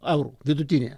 eurų vidutinė